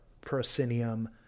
proscenium